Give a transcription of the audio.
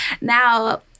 Now